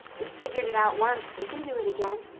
we figured it out once. we can do it again.